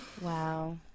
Wow